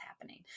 happening